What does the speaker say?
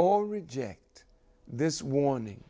or reject this warning